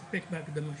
מספיקה ההקדמה שלי.